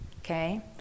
Okay